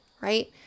right